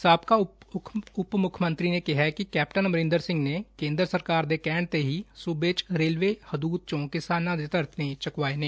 ਸਾਬਕਾ ਉੱਪ ਮੁੱਖ ਮੰਤਰੀ ਨੇ ਕਿਹਾ ਕਿ ਕੈਪਟਨ ਅਮਰਿੰਦਰ ਸਿੰਘ ਨੇ ਕੇਂਦਰ ਸਰਕਾਰ ਦੇ ਕਹਿਣ ਤੇ ਹੀ ਸੁਬੇ 'ਚ ਰੇਲਵੇ ਹਦੁਦ 'ਚੋਂ ਕਿਸਾਨਾਂ ਦੇ ਧਰਨੇ ਚੁਕਵਾਏ ਨੇ